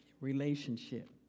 Relationship